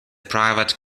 private